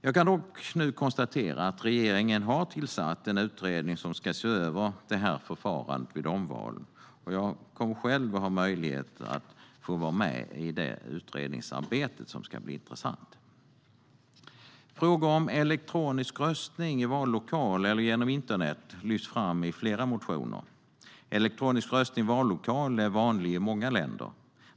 Jag kan nu dock konstatera att regeringen har tillsatt en utredning som ska se över förfarandet vid omval. Jag kommer själv att ha möjlighet att få vara med i det utredningsarbetet, och det ska bli intressant. Frågor om elektronisk röstning i vallokal eller genom internet lyfts fram i flera motioner. Elektronisk röstning i vallokal är vanlig i många länder.